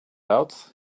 out